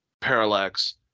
parallax